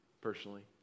personally